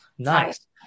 Nice